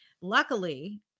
Luckily